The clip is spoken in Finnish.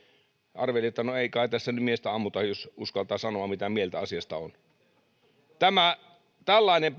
arvelin että no ei kai tässä nyt miestä ammuta jos uskaltaa sanoa mitä mieltä asiasta on tällainen